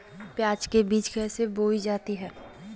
प्याज के बीज कैसे बोई जाती हैं?